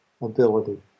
ability